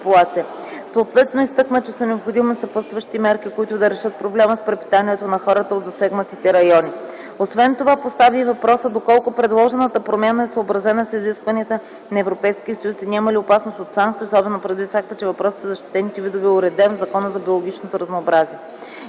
Съответно изтъкна, че са необходими съпътстващи мерки, които да решат проблема с препитанието на хората от засегнатите райони. Освен това постави и въпроса доколко предложената промяна е съобразена с изискванията на Европейския съюз и няма ли опасност от санкции, особено предвид факта, че въпросът със защитените видове е уреден в Закона за биологичното разнообразие.